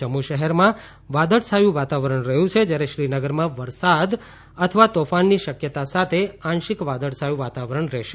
જમ્મુ શહેરમાં વાદળછાયું વાતાવરણ રહ્યું છે જ્યારે શ્રીનગરમાં વરસાદ અથવા તોફાનની શક્યતા સાથે આશિંક વાદળછાયું વાતાવરણ રહેશે